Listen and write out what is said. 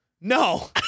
No